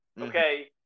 okay